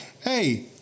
hey